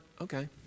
okay